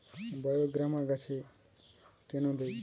বায়োগ্রামা গাছে কেন দেয়?